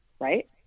right